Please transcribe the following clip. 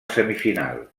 semifinal